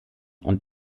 und